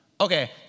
Okay